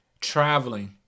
Traveling